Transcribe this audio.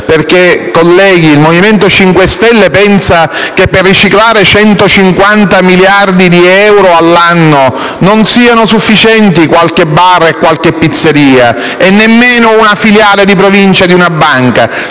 perché il Movimento 5 Stelle pensa che per riciclare 150 miliardi di euro all'anno non siano sufficienti qualche bar e qualche pizzeria e nemmeno una filiale di una banca